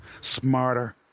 smarter